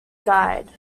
guide